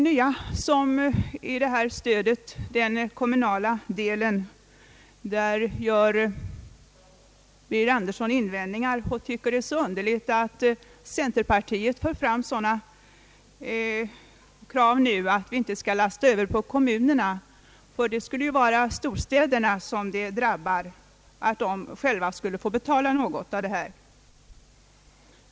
stödet gör herr Birger Andersson invändningar och tycker att det är underligt att centerpartiet nu för fram sådana krav att vi inte skall lasta över på kommunerna. Det skulle nämligen drabba storstäderna, som själva skulle få betala något av detta.